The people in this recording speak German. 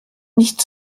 nicht